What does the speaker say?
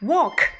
Walk